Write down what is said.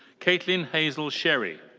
caitlin hazel sherry.